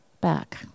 back